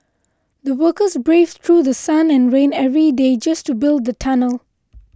the workers braved through The Sun and rain every day just to build the tunnel